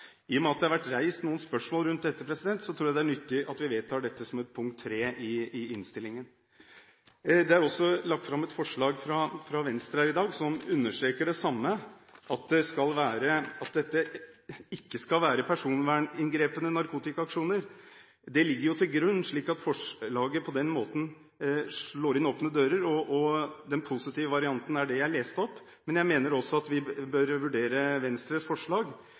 I og med at det har vært reist noen spørsmål rundt dette, tror jeg det er nyttig at vi vedtar dette forslaget, nr. 3. Det er også lagt fram et forslag fra Venstre her i dag som understreker det samme, at dette ikke skal være personverninngripende narkotikaaksjoner. Det ligger jo til grunn, slik at forslaget på den måten slår inn åpne dører. Den positive varianten er det forslaget jeg leste opp. Men jeg mener også at vi bør vurdere Venstres forslag,